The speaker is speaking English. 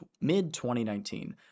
mid-2019